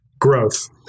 Growth